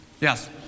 Yes